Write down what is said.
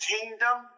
Kingdom